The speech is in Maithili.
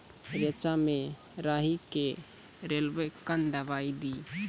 रेचा मे राही के रेलवे कन दवाई दीय?